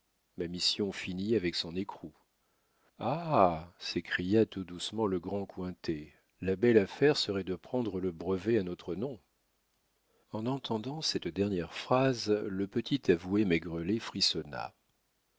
ma mission finit avec son écrou ah s'écria tout doucement le grand cointet la belle affaire serait de prendre le brevet à notre nom en entendant cette dernière phrase le petit avoué maigrelet frissonna